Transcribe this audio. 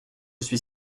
suis